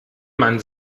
man